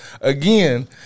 again